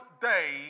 day